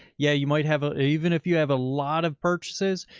yeah. you might have a, even if you have a lot of purchases,